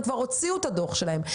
הם כבר הוציאו את הדוח שלהם,